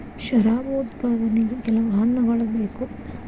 ಶರಾಬು ಉತ್ಪಾದನೆಗೆ ಕೆಲವು ಹಣ್ಣುಗಳ ಬೇಕು